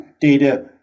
data